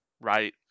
right